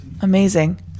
Amazing